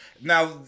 Now